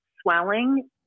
swelling